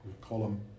column